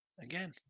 again